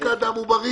לבדיקת דם טבורי.